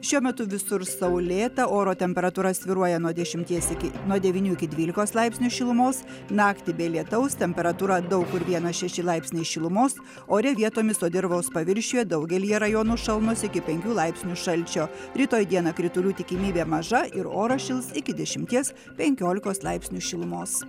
šiuo metu visur saulėta oro temperatūra svyruoja nuo dešimties iki nuo devynių iki dvylikos laipsnių šilumos naktį be lietaus temperatūra daug kur vienas šeši laipsniai šilumos ore vietomis o dirvos paviršiuje daugelyje rajonų šalnos iki penkių laipsnių šalčio rytoj dieną kritulių tikimybė maža ir oras šils iki dešimties penkiolikos laipsnių šilumos